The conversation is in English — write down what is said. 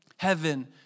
heaven